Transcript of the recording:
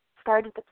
started